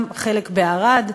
גם חלק בערד,